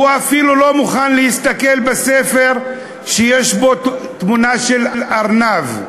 אבל הוא אפילו לא מוכן להסתכל בספר שיש בו תמונה של ארנב,